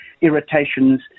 irritations